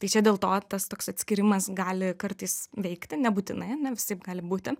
tai čia dėl to tas toks atskyrimas gali kartais veikti nebūtinai na visaip gali būti